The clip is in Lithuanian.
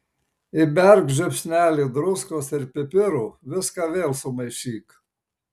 įberk žiupsnelį druskos ir pipirų viską vėl sumaišyk